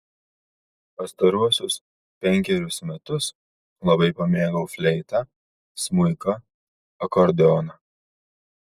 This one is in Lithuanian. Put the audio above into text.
pastaruosius penkerius metus labai pamėgau fleitą smuiką akordeoną